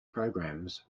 programs